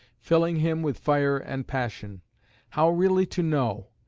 filling him with fire and passion how really to know,